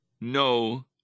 no